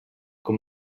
com